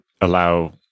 allow